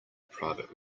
private